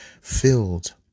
filled